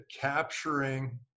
capturing